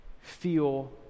feel